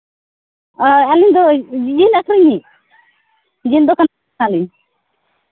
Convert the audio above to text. ᱚ ᱟᱹᱞᱤᱧ ᱫᱚ ᱡᱤᱞ ᱟᱹᱠᱷᱨᱤᱧᱤᱜ ᱡᱤᱞ ᱫᱚᱠᱟᱱ ᱠᱟᱱᱟᱞᱤᱧ